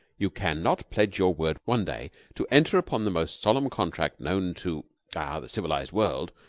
you can not pledge your word one day to enter upon the most solemn contract known to ah the civilized world,